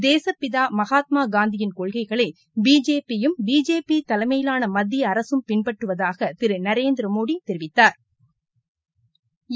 தேசப்பிதா மகாத்மா காந்தியின் கொள்கைகளை பிஜேபி யும் பிஜேபி தலைமையிலாள மத்திய அரசும் பின்பற்றுவதாக திரு நரேந்திரமோடி தெரிவித்தாா்